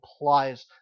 implies